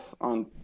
on